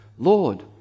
lord